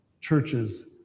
churches